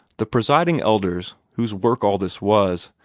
the presiding elders, whose work all this was,